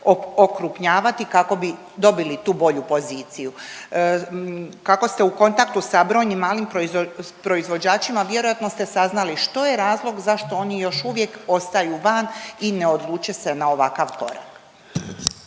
kako bi dobili tu bolju poziciju. Kako ste u kontaktu sa brojnim malim proizvođačima vjerojatno ste saznali, što je razlog zašto oni još uvijek ostaju van i ne odluče se na ovakav korak?